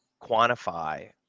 quantify